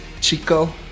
Chico